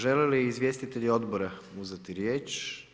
Želi li izvjestitelji odbora uzeti riječ?